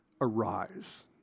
arise